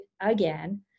again